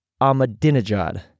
Ahmadinejad